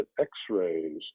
x-rays